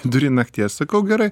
vidury nakties sakau gerai